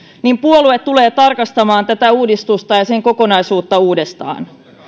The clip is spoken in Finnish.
niin puolue tulee tarkastamaan tätä uudistusta ja sen kokonaisuutta uudestaan